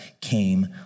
came